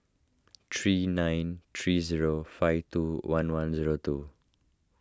three nine three zero five two one one zero two